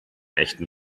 echten